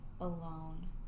alone